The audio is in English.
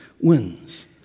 wins